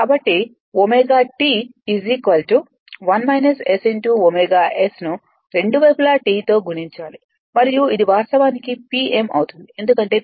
కాబట్టి ωT ωS ను రెండు వైపులా T తో గుణించాలి మరియు ఇది వాస్తవానికి Pm అవుతుంది ఎందుకంటే Pm ω T